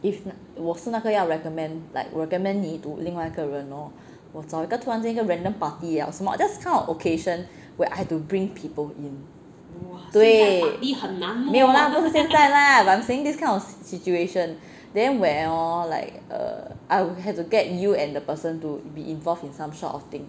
if was 那我是那个要 recommend like recommend 你 to 另外一个人 hor 我找一个突然间一个 random party lah 什么 just kind of occasion where I have to bring people in 对没有 lah 不是现在 lah I'm saying this kind of situation then where hor like err I have to get you and the person to be involved in some sort of thing